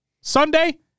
Sunday